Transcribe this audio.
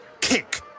kick